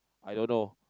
I don't know